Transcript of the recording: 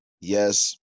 yes